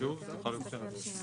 זה דבר שתהינו